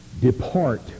depart